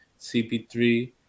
CP3